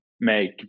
make